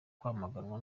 kwamaganwa